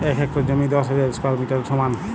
এক হেক্টর জমি দশ হাজার স্কোয়ার মিটারের সমান